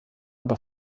aber